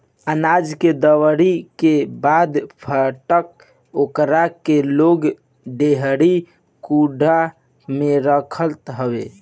अनाज के दवरी के बाद फटक ओसा के लोग डेहरी कुंडा में रखत हवे